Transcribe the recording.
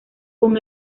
con